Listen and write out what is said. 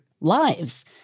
lives